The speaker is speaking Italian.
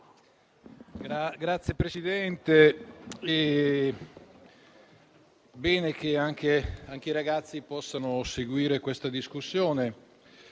Signor Presidente, è un bene che anche i ragazzi possano seguire questa discussione.